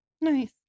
nice